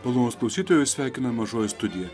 malonūs klausytojus jus sveikina mažoji studija